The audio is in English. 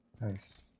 Nice